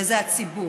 וזה הציבור.